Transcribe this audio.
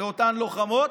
לאותן לוחמות,